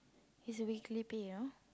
it's a weekly pay you know